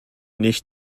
nicht